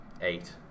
eight